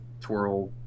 twirl